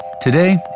Today